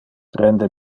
prende